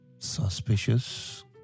Suspicious